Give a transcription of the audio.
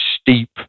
steep